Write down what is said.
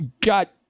got